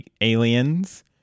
aliens